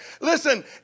listen